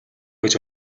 байж